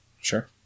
Sure